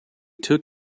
took